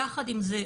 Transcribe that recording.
יחד עם זה,